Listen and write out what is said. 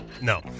No